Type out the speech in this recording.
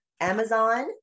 Amazon